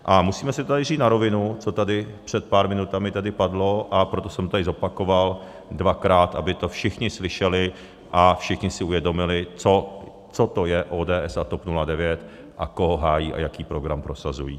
A musíme si tady říct na rovinu, co tady tedy před pár minutami padlo, a proto jsem tady zopakoval dvakrát, aby to všichni slyšeli a všichni si uvědomili, co to je ODS a TOP 09 a koho hájí a jaký program prosazují.